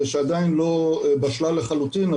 שעדיין לא בשלה לחלוטין,